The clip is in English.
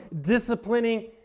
disciplining